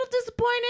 disappointed